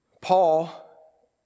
Paul